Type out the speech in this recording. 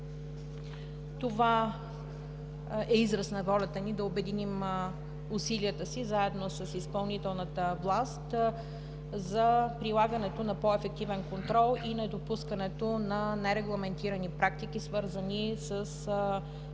Това е израз на волята ни да обединим усилията си, заедно с изпълнителната власт, за прилагането на по-ефективен контрол и недопускането на нерегламентирани практики, свързани с изгаряне